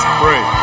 pray